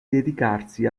dedicarsi